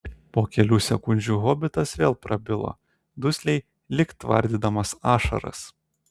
po kelių sekundžių hobitas vėl prabilo dusliai lyg tvardydamas ašaras